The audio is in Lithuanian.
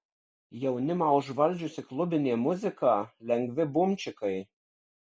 jaunimą užvaldžiusi klubinė muzika lengvi bumčikai